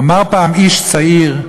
אמר פעם איש צעיר,